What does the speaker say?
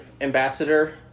ambassador